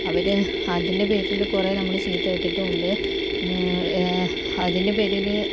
അവര് അതിൻ്റെ പേരില് കുറെ നമ്മള് ചീത്ത കേട്ടിട്ടുവുണ്ട് അതിൻ്റെ പേരില്